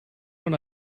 when